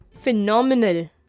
phenomenal